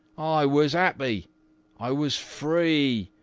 i was happy. i was free.